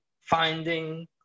finding